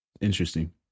interesting